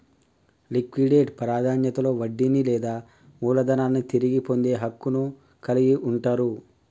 liquidate ప్రాధాన్యతలో వడ్డీని లేదా మూలధనాన్ని తిరిగి పొందే హక్కును కలిగి ఉంటరు